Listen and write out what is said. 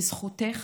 בזכותך